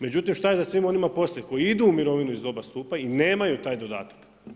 Međutim, šta je sa svima onima poslije koji idu u mirovinu iz oba stupa i nemaju taj dodatak?